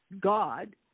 God